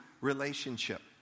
relationship